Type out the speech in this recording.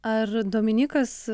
ar dominykas